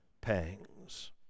pangs